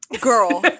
girl